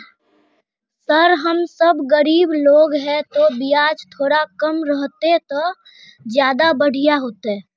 sir हम सब गरीब लोग है तो बियाज थोड़ा कम रहते तो ज्यदा बढ़िया होते